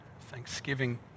Thanksgiving